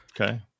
Okay